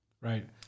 Right